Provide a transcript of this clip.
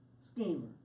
schemer